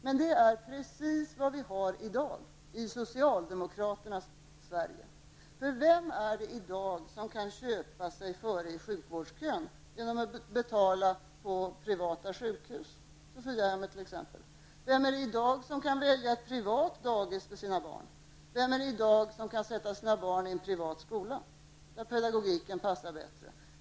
Men det är precis vad vi har i dag -- i socialdemokraternas Sverige. För vem är det i dag som kan köpa sig före i sjukvårdskön genom att betala på privata sjukhus, t.ex. Sofiahemmet? Vem är det i dag som kan välja ett privat dagis för sina barn? Vem är det i dag som kan sätta sina barn i en privatskola, vars pedagogik passar en bättre?